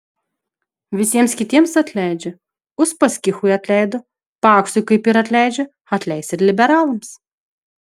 visiems kitiems atleidžia uspaskichui atleido paksui kaip ir atleidžia atleis ir liberalams